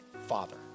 Father